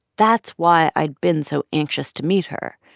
that's why i'd been so anxious to meet her.